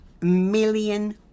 million